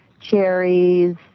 cherries